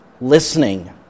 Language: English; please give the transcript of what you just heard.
listening